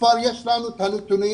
כבר יש לנו את הנתונים,